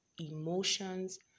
emotions